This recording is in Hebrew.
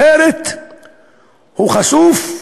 אחרת הוא חשוף,